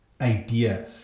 idea